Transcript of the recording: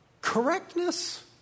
correctness